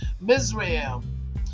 Mizraim